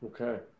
Okay